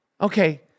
Okay